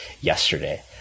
yesterday